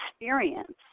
experience